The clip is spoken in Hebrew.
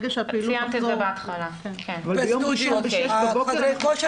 כן, את ציינת את זה בהתחלה.